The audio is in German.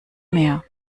mehr